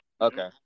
okay